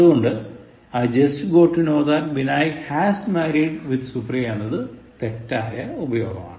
അതുകൊണ്ട് I just got to know that Binayak has married with Supriya എന്നത് തെറ്റാണ്